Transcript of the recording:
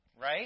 right